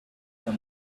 the